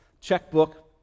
checkbook